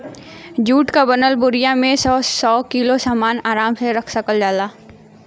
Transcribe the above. जुट क बनल बोरिया में सौ सौ किलो सामन आराम से रख सकल जाला